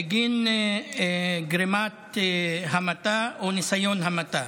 בגין גרימת המתה או ניסיון המתה.